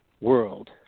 world